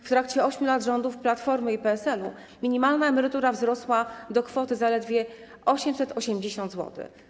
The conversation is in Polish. W trakcie 8 lat rządów Platformy i PSL-u minimalna emerytura wzrosła do kwoty zaledwie 880 zł.